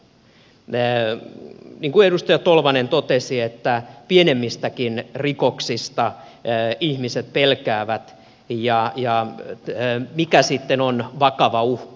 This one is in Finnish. niin kuin edustaja tolvanen totesi pienempiäkin rikoksia ihmiset pelkäävät ja mikä sitten on vakava uhka